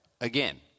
again